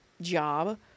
job